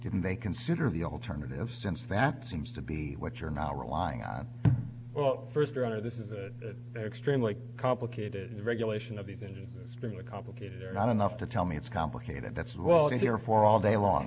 didn't they consider the alternative since that seems to be what you're now relying on well first or this is extremely complicated regulation of even a very complicated not enough to tell me it's complicated that's well here for all day long